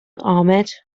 ahmed